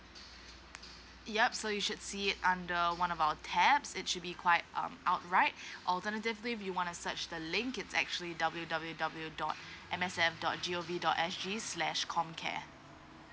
yup so you should see it under one of our tabs it should be quite um outright alternatively if you want to search the link it's actually W W W dot M S F dot G O V dot S G slash comcare